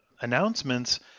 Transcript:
announcements